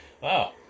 Wow